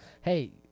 Hey